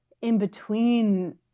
in-between